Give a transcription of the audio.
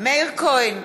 מאיר כהן,